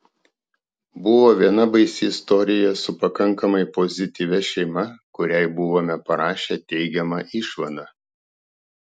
buvo viena baisi istorija su pakankamai pozityvia šeima kuriai buvome parašę teigiamą išvadą